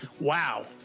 wow